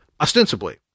ostensibly